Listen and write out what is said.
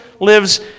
lives